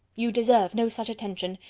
you deserve no such attention.